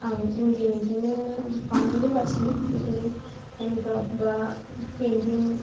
आं उन्दैनिफ्रायनो बानायबोगासिनो बिदि हेन्दग्राब बा पेइनथिं